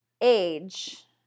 age